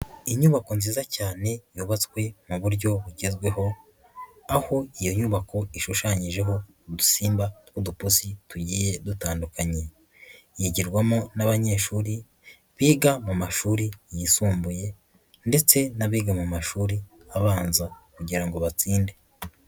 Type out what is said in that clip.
Inyubako nziza cyane yubatswe mu buryo bugezweho, aho iyo nyubako ishushanyijeho udusimba tw'udupusi tugiye dutandukanye, yigirwamo n'abanyeshuri biga mu mashuri yisumbuye ndetse n'abiga mu mashuri abanza kugira ngo batsinde.